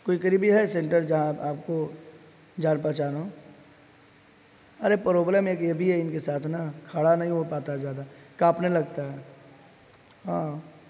کوئی قریبی ہے سینٹر جہاں آپ کو جان پہچان رہا ہو ارے پرابلم ایک یہ بھی ہے ان کے ساتھ نا کھڑا نہیں ہو پاتا ہے زیادہ کانپنے لگتا ہے ہاں